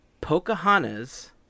Pocahontas